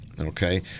Okay